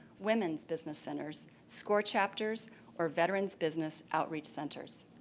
women's business centers, score chapters or veterans business outreach centers.